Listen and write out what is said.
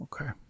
Okay